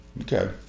Okay